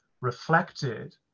reflected